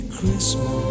Christmas